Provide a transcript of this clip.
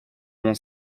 mon